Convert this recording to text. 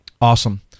Awesome